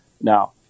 Now